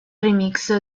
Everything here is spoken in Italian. remix